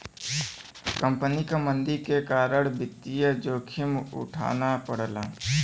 company क मंदी के कारण वित्तीय जोखिम उठाना पड़ला